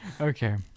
okay